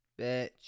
bitch